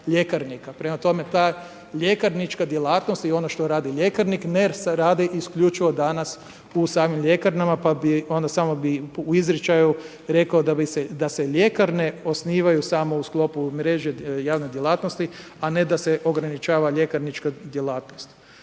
Prema tome, ta ljekarnička djelatnost i ono što radi ljekarnik …/Govornik se ne razumije./… se radi isključivo danas u samim ljekarnama. Pa bi, onda samo bih u izirčaju rekao da se ljekarne osnivaju samo u sklopu mreže javne djelatnosti a ne da se ograničava ljekarnička djelatnost.